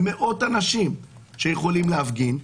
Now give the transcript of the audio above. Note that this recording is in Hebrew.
ומאות אנשים שיכולים להפגין,